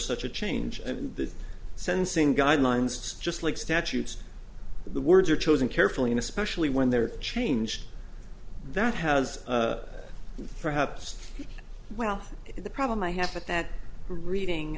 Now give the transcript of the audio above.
such a change in the sentencing guidelines just like statutes the words are chosen carefully and especially when they're changed that has perhaps well the problem i have but that the reading